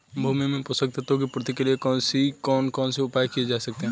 भूमि में पोषक तत्वों की पूर्ति के लिए कौन कौन से उपाय किए जा सकते हैं?